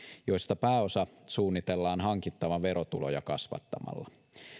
josta pääosa suunnitellaan hankittavan verotuloja kasvattamalla